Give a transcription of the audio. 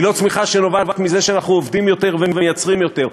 היא לא צמיחה שנובעת מזה שאנחנו עובדים יותר ומייצרים יותר,